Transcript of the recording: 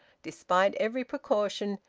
despite every precaution,